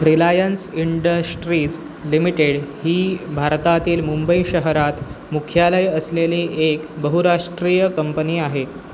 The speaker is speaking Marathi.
रिलायन्स इंडश्ट्रीज लिमिटेड ही भारतातील मुंबई शहरात मुख्यालय असलेली एक बहुराष्ट्रीय कंपनी आहे